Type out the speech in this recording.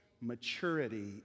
Maturity